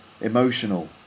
emotional